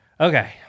Okay